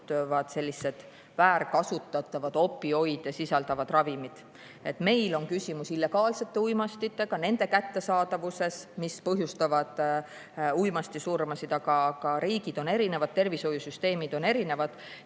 jõudvad sellised väärkasutatavad opioide sisaldavad ravimid. Meil on küsimus illegaalsete uimastitega, nende kättesaadavus põhjustab uimastisurmasid. Aga riigid on erinevad, tervishoiusüsteemid on erinevad